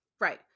Right